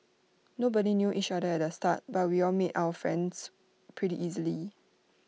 nobody knew each other at the start but we all made our friends pretty easily